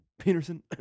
Peterson